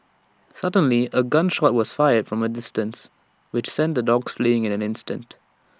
suddenly A gun shot was fired from A distance which sent the dogs fleeing in an instant